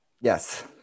Yes